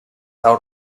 out